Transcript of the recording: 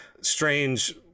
strange